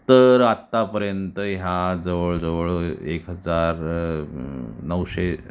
तर आतापर्यंत ह्या जवळजवळ एक हजार नऊशे